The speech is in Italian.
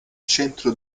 centro